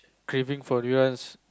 craving for durians